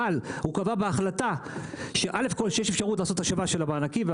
הוא קבע בהחלטה שיש אפשרות לעשות השבה של המענקים.